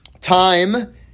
Time